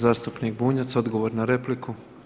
Zastupnik Bunjac odgovor na repliku.